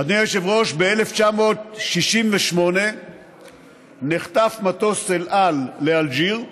אדוני היושב-ראש, ב-1968 נחטף מטוס אל על לאלג'יר,